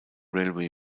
railway